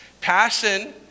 passion